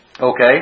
Okay